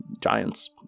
giants